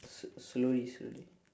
s~ slowly slowly